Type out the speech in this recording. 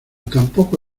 tampoco